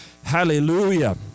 Hallelujah